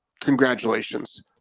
congratulations